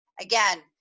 Again